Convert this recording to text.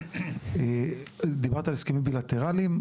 דיברת על הסכמים בילטרליים,